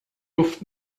luft